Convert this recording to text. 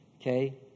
Okay